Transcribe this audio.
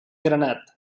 granat